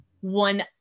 one